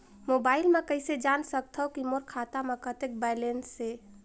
Mobile म कइसे जान सकथव कि मोर खाता म कतेक बैलेंस से?